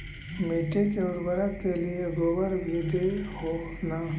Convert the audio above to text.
मिट्टी के उर्बरक के लिये गोबर भी दे हो न?